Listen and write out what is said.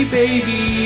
baby